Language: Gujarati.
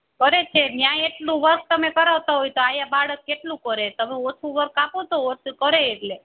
કરે છે ત્યાં એટલું વર્ક તમે કરાવતા હોય તો અહીંયા બાળક કેટલું કરે તમે ઓછું વર્ક આપો તો ઓછું કરે એટલે